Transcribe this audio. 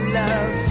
love